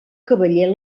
cavaller